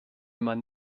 man